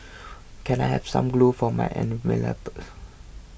can I have some glue for my envelopes